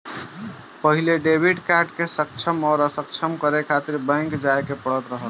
पहिले debit card के सक्षम या असक्षम करे खातिर बैंक जाए के पड़त रहल